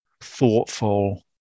thoughtful